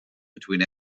between